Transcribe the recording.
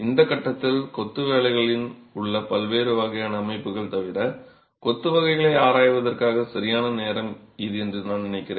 இந்த கட்டத்தில் கொத்து வேலைகளில் உள்ள பல்வேறு வகையான அமைப்புகள் வரை கொத்து வகைகளை ஆராய்வதற்கான சரியான நேரம் இது என்று நான் நினைக்கிறேன்